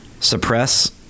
Suppress